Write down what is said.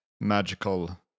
magical